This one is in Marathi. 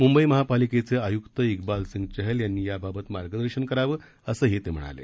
म्ंबई महापालिकेचे आयक्त ईकबालसिंग चहल यांनी याबाबत मार्गदर्शन करावं असंही ते म्हणाले